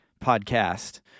podcast